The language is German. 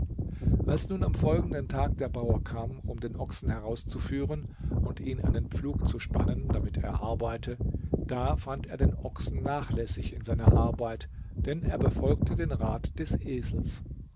als nun am folgenden tag der bauer kam um den ochsen herauszuführen und ihn an den pflug zu spannen damit er arbeite da fand er den ochsen nachlässig in seiner arbeit denn er befolgte den rat des esels